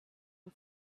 and